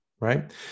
Right